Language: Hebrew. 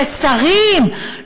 לשרים,